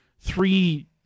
three